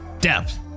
depth